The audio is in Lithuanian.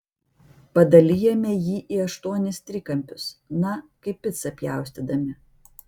padalijame jį į aštuonis trikampius na kaip picą pjaustydami